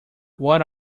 what